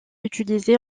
utilisée